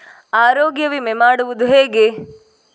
ಆರೋಗ್ಯ ವಿಮೆ ಮಾಡುವುದು ಹೇಗೆ?